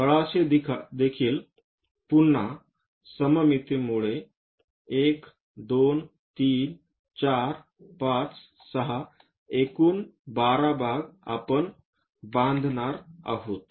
तळाशी देखील म्हणून पुन्हा सममितीमुळे 1 2 3 4 5 6 एकूण 12 भाग आपण बांधणार आहोत